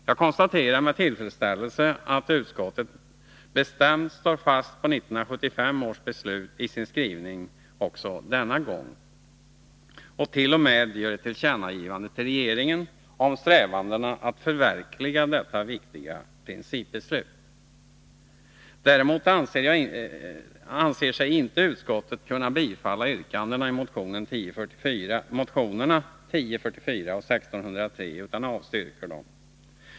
Jag konstaterar med tillfredsställelse att utskottet bestämt står fast vid 1975 års beslut i sin skrivning också denna gång och t.o.m. gör ett tillkännagivande till regeringen om strävandena att förverkliga detta viktiga principbeslut. Däremot anser sig inte utskottet kunna tillstyrka yrkandena i motionerna 1044 och 1603 utan avstyrker dessa.